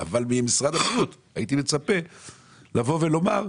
- והייתי מצפה ממשרד הבריאות לבוא ולומר,